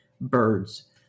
birds